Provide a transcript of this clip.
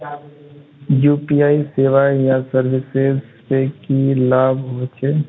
UPI सेवाएँ या services से की लाभ होचे?